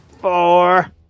four